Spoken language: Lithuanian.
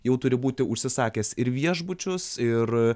jau turi būti užsisakęs ir viešbučius ir